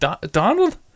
Donald